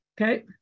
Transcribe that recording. Okay